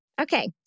Okay